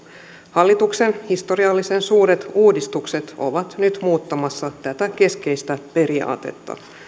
hallituksen historiallisen suuret uudistukset ovat nyt muuttamassa tätä keskeistä periaatetta